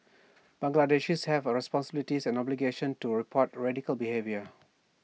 Bangladeshis have A responsibility and obligation to report radical behaviour